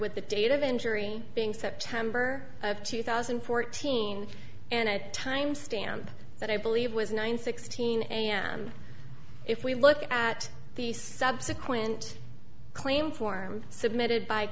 with the date of injury being september of two thousand and fourteen and a time stamp that i believe was nine sixteen am if we look at the subsequent claim form submitted by